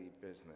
business